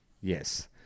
Yes